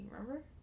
remember